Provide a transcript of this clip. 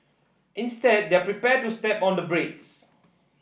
instead they're prepared to step on the brakes